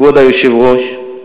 כבוד היושב-ראש,